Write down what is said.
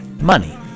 Money